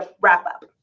wrap-up